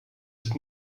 ist